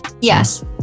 yes